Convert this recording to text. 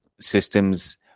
systems